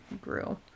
grew